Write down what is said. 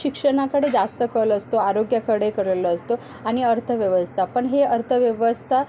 शिक्षणाकडे जास्त कल असतो आरोग्याकडे करल असतो आणि अर्थव्यवस्था पण हे अर्थव्यवस्था